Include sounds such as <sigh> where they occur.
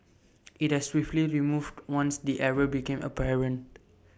<noise> IT has swiftly removed once the error became apparent